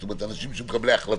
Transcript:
זאת אומרת על מקבלי החלטות,